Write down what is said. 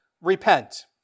repent